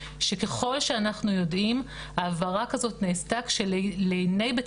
ככל שאנחנו יודעים העברה כזו נעשתה כשלעיני בית